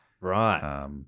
right